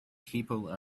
people